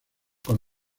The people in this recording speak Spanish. con